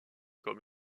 comme